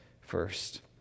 first